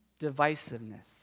divisiveness